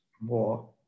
more